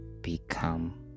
become